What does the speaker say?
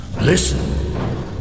Listen